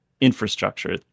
infrastructure